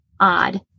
odd